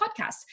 podcast